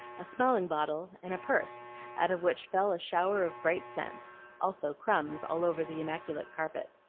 a smelling-bottle, and a purse out of which fell a shower of bright cents, also crumbs all over the immaculate carpet.